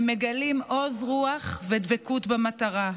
והם מגלים עוז רוח ודבקות במטרה.